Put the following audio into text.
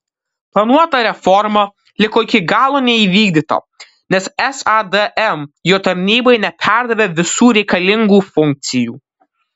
planuota reforma liko iki galo neįvykdyta nes sadm jo tarnybai neperdavė visų reikalingų funkcijų